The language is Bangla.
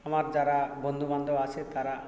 আমার যারা বন্ধু বান্ধব আছে তারা